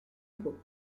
pau